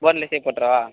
போன்லெஸ்ஸே போட்டுறவா